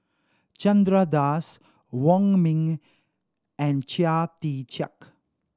Chandra Das Wong Ming and Chia Tee Chiak